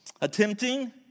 Attempting